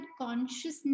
consciousness